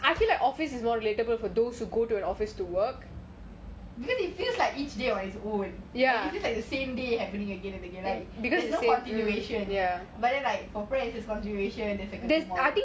because it feels like each day on it's own just like the same day happening again and again like there's no continuation ya but then like for friends there's continuation it's like tomorrow